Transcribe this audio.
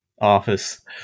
office